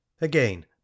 again